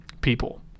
people